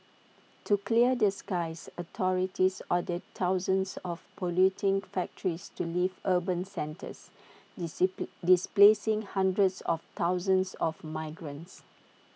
to clear the skies authorities ordered thousands of polluting factories to leave urban centres displacing hundreds of thousands of migrants